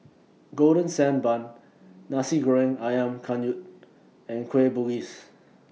Golden Sand Bun Nasi Goreng Ayam Kunyit and Kueh Bugis